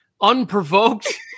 unprovoked